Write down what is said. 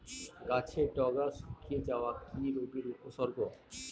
গাছের ডগা শুকিয়ে যাওয়া কি রোগের উপসর্গ?